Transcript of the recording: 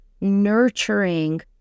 nurturing